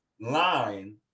line